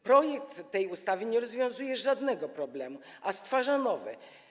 Projekt tej ustawy nie rozwiązuje żadnego problemu, a stwarza nowe.